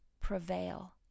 prevail